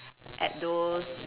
at those